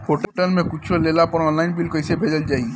Hotel से कुच्छो लेला पर आनलाइन बिल कैसे भेजल जाइ?